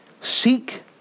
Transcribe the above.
Seek